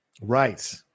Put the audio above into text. Right